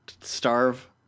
starve